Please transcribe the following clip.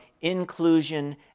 inclusion